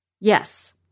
Yes